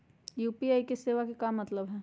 UPI सेवा के का मतलब है?